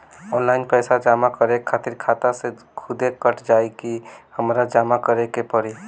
Online पैसा जमा करे खातिर खाता से खुदे कट जाई कि हमरा जमा करें के पड़ी?